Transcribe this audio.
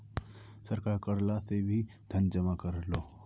सरकार कर ला से धन जमा करोह